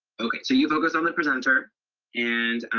ok, so you focus on the presenter and